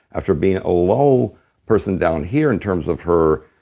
after being a low person down here in terms of her